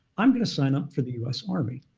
i'm going to sign up for the us army.